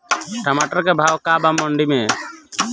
टमाटर का भाव बा मंडी मे?